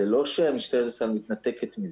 זה לא שמשטרת ישראל מתנתקת מזה.